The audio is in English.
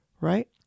right